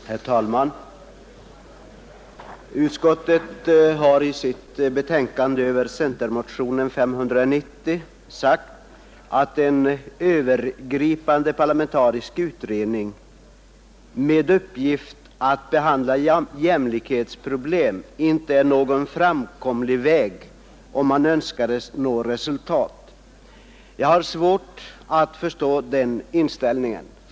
Herr talman! Utskottet har i sitt betänkande över centermotionen 590 sagt att en övergripande parlamentarisk utredning med uppgift att behandla jämlikhetsproblemen inte är någon framkomlig väg om man önskade nå resultat. Jag har svårt att förstå denna inställning.